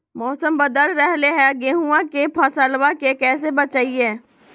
मौसम बदल रहलै है गेहूँआ के फसलबा के कैसे बचैये?